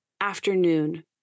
afternoon